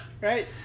Right